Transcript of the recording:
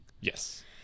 Yes